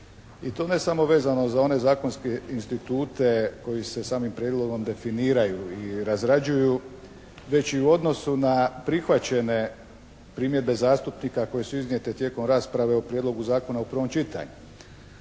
i to ne samo vezano za one zakonske institute koji se samim prijedlogom definiraju i razrađuju već i u odnosu na prihvaćene primjedbe zastupnika koje su iznijete tijekom rasprave o prijedlogu Zakona u prvom čitanju.